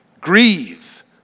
grieve